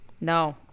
No